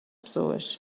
pessoas